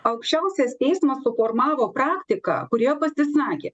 aukščiausias teismas suformavo praktiką kurioje pasisakė